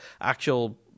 actual